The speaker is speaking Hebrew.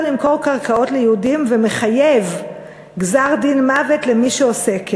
למכור קרקעות ליהודים ומחייב גזר-דין מוות למי שעושה כן.